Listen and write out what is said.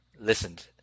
listened